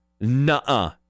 Nuh-uh